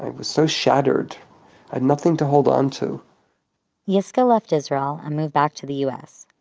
was so shattered, i had nothing to hold onto yiscah left israel and moved back to the us,